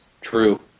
True